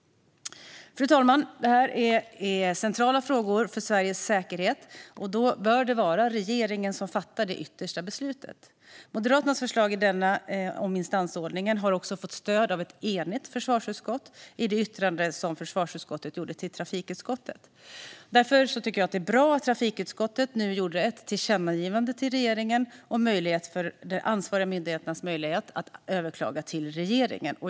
Fru talman! Detta är centrala frågor för Sveriges säkerhet, och då bör det vara regeringen som fattar det yttersta beslutet. Moderaternas förslag om instansordningen har också fått stöd av ett enigt försvarsutskott i det yttrande som försvarsutskottet gjort till trafikutskottet. Därför tycker jag att det är bra att trafikutskottet nu gjort ett tillkännagivande till regeringen om de ansvariga myndigheternas möjlighet att överklaga till regeringen.